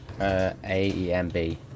A-E-M-B